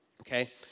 okay